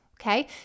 okay